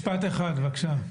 משפט אחד, בבקשה.